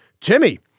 Timmy